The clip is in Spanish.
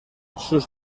sus